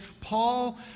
Paul